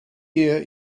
ear